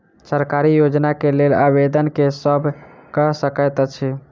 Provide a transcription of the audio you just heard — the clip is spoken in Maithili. सरकारी योजना केँ लेल आवेदन केँ सब कऽ सकैत अछि?